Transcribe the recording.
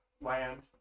land